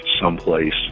someplace